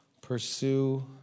Pursue